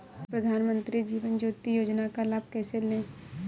प्रधानमंत्री जीवन ज्योति योजना का लाभ कैसे लें?